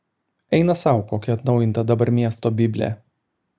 eina sau kokia atnaujinta dabar miesto biblė